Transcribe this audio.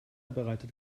bereitet